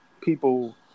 people